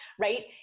right